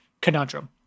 conundrum